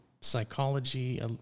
psychology